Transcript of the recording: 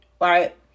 right